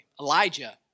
Elijah